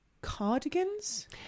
Cardigans